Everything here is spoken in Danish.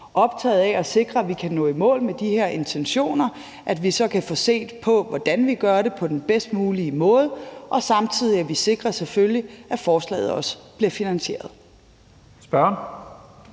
optaget af at sikre, at vi kan nå i mål med de her intentioner, og at vi så kan få set på, hvordan vi gør det på den bedst mulige måde, og at vi selvfølgelig samtidig sikrer, at forslaget også bliver finansieret. Kl.